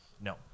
No